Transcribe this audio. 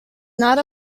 not